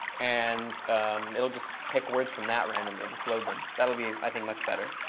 and it'll just pick words from that randomly, just load them. that'll be, i think, much better.